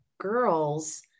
girls